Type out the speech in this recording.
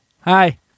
Hi